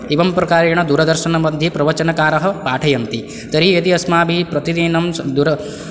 एवं प्रकारेण दूरदर्शनमध्ये प्रवचनकारः पाठयन्ति तर्हि यदि अस्माभिः प्रतिदिनं दुर